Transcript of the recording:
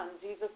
Jesus